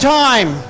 time